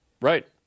Right